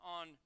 on